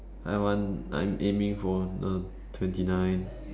I want I'm aiming for uh twenty nine